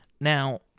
Now